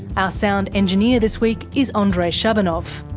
our sound engineer this week is ah andrei shabunov,